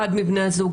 אחד מבני הזוג,